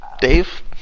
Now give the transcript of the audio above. Dave